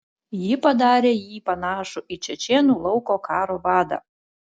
ji padarė jį panašų į čečėnų lauko karo vadą